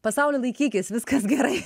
pasaulį laikykis viskas gerai